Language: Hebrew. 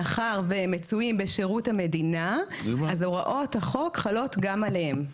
מאחר והם מצויים בשירות המדינה אז הוראות חלות גם עליהם.